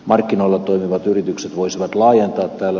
markkinoilla toimivat yritykset voisivat laajentaa tällä